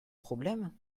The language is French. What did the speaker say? problème